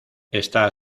está